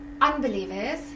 unbelievers